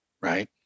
right